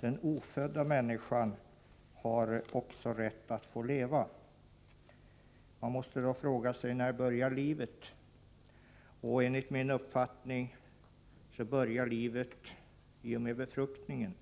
den ofödda människan har rätt att få leva. Man måste då fråga sig när livet börjar. Enligt min uppfattning börjar livet i och med befruktningen.